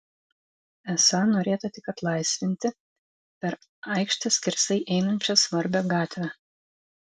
esą norėta tik atlaisvinti per aikštę skersai einančią svarbią gatvę